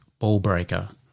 Ballbreaker